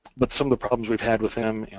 but some of the problems we've had with them,